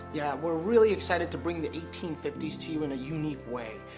yeah, we're really excited to bring the eighteen fifty s to you in a unique way,